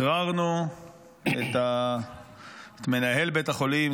ששחררנו את מנהל בית החולים,